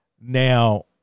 Now